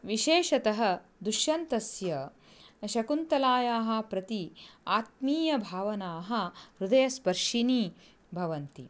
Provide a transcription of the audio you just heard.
विशेषतः दुश्यन्तस्य शकुन्तलायाः प्रति आत्मीयभावनाः हृदयस्पर्शिन्यः भवन्ति